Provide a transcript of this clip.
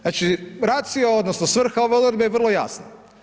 Znači racio odnosno svrha ove odredbe je vrlo jasna.